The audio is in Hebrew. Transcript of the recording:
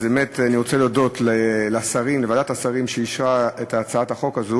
אני מבקש להודות לוועדת השרים שאישרה את הצעת החוק הזאת,